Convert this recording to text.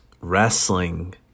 Wrestling